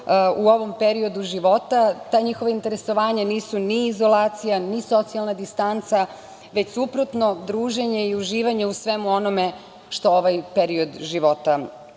u ovom periodu života. Ta njihova interesovanja nisu ni izolacija ni socijalna distanca, već suprotno, druženje i uživanje u svemu onome što ovaj period života